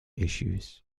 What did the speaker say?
issues